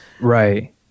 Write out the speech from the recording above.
Right